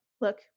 look